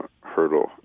hurdle